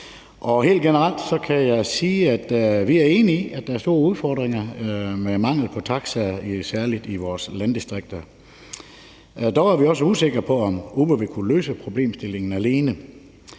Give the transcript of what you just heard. Helt generelt kan sige, at vi er enige i, at der er store udfordringer med mangel på taxaer i særlig vores landdistrikter. Vi er dog også usikre på, om Uber ville kunne løse problemstillingen alene.